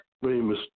famous